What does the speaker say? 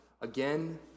again